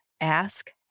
Ask